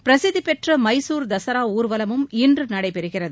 பிரசித்தி பெற்ற மைசூர் தஸரா ஊர்வலழம் இன்று நடைபெறுகிறது